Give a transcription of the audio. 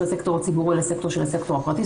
הסקטור הציבורי לסקטור של הסקטור הפרטי,